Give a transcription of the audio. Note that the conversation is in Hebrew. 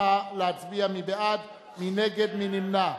נא להצביע, מי בעד, מי נגד, מי נמנע.